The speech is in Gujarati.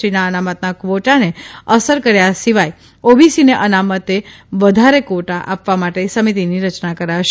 ટીના અનામતના કવોટાને અસર કર્યા સિવાય ઓબીસીને અનામત વધારે કવોટા આપવા માટે સમિતીની રચના કરાશે